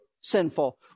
sinful